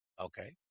Okay